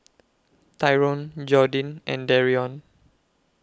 Tyron Jordin and Darrion